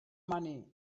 money